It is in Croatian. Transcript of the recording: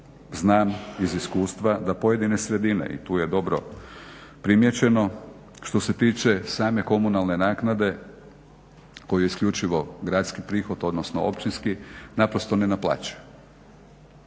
znam iz iskustva da pojedine sredine i tu je dobro primjećeno, što se tiče same komunalne naknade koja je isključivo gradski prihod odnosno općinski, naprosto ne naplaćuju.